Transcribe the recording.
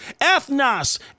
ethnos